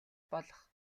болох